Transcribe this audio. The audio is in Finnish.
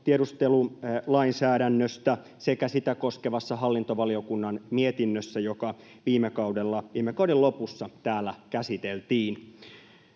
tiedustelulainsäädännöstä sekä sitä koskevassa hallintovaliokunnan mietinnössä, joka viime kauden lopussa täällä käsiteltiin.